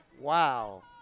Wow